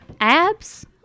abs